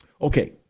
Okay